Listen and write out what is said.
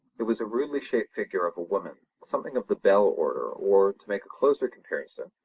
it was a rudely-shaped figure of a woman, something of the bell order, or, to make a closer comparison,